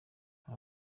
aba